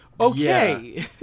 okay